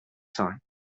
time